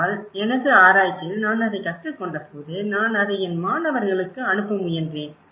ஆனால் எனது ஆராய்ச்சியில் நான் அதைக் கற்றுக்கொண்டபோது நான் அதை என் மாணவர்களுக்கு அனுப்ப முனைகிறேன்